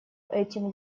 этим